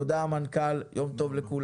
תודה המנכ"ל, יום טוב לכולם.